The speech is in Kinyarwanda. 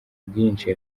bwinshi